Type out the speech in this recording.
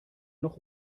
noch